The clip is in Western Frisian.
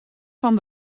fan